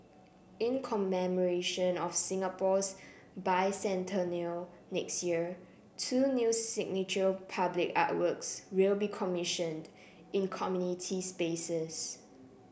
in commemoration of Singapore's Bicentennial next year two new signature public artworks will be commissioned in community spaces